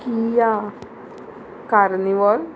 Kia carnival